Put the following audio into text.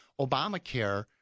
Obamacare